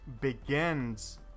begins